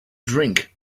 drink